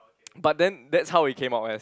but then that's how it came out as